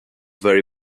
very